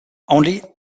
only